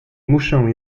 muszę